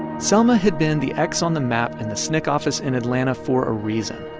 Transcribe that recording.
selma had been the x on the map in the sncc office in atlanta for a reason.